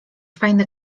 fajne